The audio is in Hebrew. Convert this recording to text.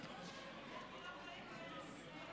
בארץ ישראל.